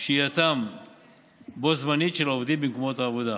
שהייה בו-זמנית של העובדים במקומות העבודה.